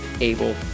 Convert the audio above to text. able